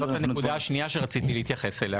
זו הנקודה השנייה שרציתי להתייחס אליה.